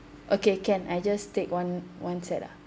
okay can I just take one one set ah